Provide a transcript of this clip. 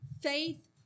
Faith